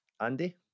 Andy